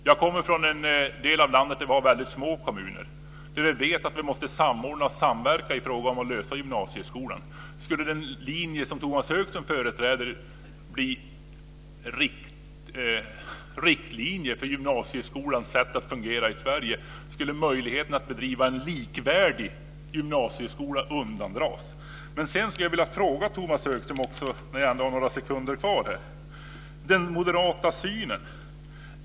Jag kommer från en del av landet där kommunerna är små. Vi vet att vi måste samordna och samverka i fråga om gymnasieskolan. Skulle den linje som Tomas Högström företräder bli riktlinje för gymnasieskolans sätt att fungera i Sverige, skulle möjligheterna att bedriva en likvärdig gymnasieskola undandras. Jag ska ställa en fråga till Tomas Högström, nu när jag har några sekunder kvar.